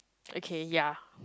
okay ya